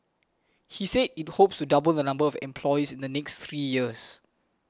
he said it hopes to double the number of employees in the next three years